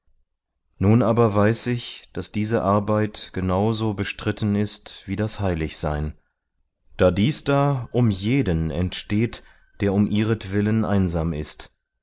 nun aber weiß ich daß diese arbeit genau so bestritten ist wie das heiligsein daß dies da um jeden entsteht der um ihretwillen einsam ist